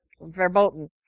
Verboten